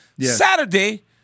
Saturday